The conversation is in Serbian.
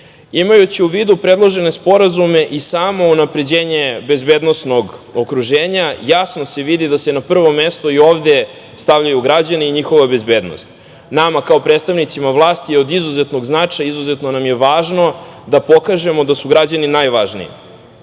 u vidu predložene sporazume i samo unapređenje bezbednosnog okruženja, jasno se vidi da se na prvom mestu i ovde stavljaju građani i njihova bezbednost. Nama kao predstavnicima vlasti je od izuzetnog značaja i izuzetno nam je važno da pokažemo da su građani najvažniji.U